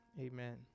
Amen